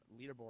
leaderboard